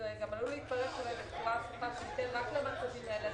זה גם עלול להתפרש בצורה הפוכה שניתן רק למצבים האלה.